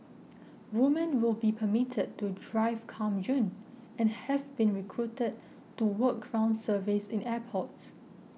woman will be permitted to drive come June and have been recruited to work ground service in airports